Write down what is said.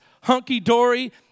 hunky-dory